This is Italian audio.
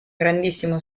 grandissimo